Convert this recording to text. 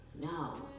no